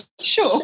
Sure